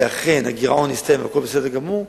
ואכן הגירעון הסתיים והכול בסדר גמור,